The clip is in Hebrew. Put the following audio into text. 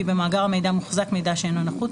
כי במאגר המידע מוחזק מידע שאינו נחוץ,